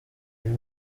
uyu